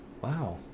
Wow